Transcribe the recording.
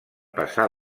passar